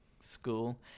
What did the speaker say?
school